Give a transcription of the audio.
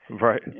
Right